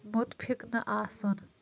مُتفِق نہٕ آسُن